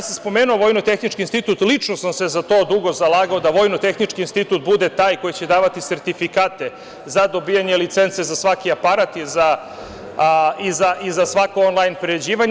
Spomenuo sam Vojno tehnički institut, lično sam se za to dugo zalagao da Vojno tehnički institut bude taj koji će davati sertifikate za dobijanje licence za svaki aparat i za svako onlajn priređivanje.